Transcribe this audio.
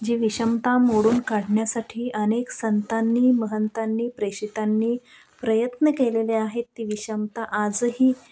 जी विषमता मोडून काढण्यासाठी अनेक संतांनी महंतांनी प्रेषितांनी प्रयत्न केलेले आहेत ती विषमता आजही